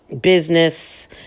business